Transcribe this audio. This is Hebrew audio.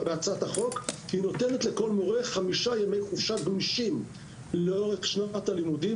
היא נותנת לכל מורה חמישה ימי חופשה גמישים לאורך שנת הלימודים,